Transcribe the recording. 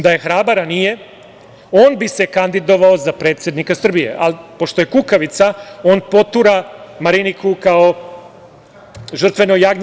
Da je hrabar, a nije, on bi se kandidovao sa predsednika Srbije, ali, pošto je kukavica, on potura Mariniku kao žrtveno jagnje.